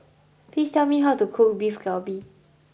please tell me how to cook Beef Galbi